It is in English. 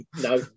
No